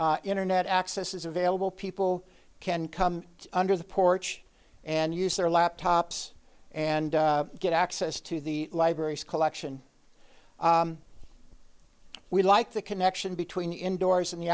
internet access is available people can come under the porch and use their laptops and get access to the library's collection we like the connection between indoors and the